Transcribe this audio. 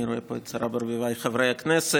אני רואה פה את השרה ברביבאי חברי הכנסת,